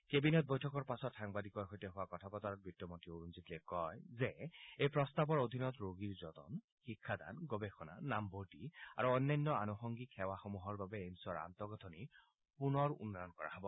cabinet বৈঠকৰ পাছত সাংবাদিকৰ সৈতে হোৱা কথা বতৰাত বিত্তমন্ত্ৰী অৰুণ জেটলীয়ে কয় যে এই প্ৰস্তাৱৰ অধীনত ৰোগীৰ যতন শিক্ষাদান গৱেষণা নামভৰ্তি আৰু অন্যান্য আনুসংগিক সেৱাসমূহৰ বাবে এইম্ছৰ আন্তঃগাঁঠনি পুনৰ উন্নয়ন কৰা হ'ব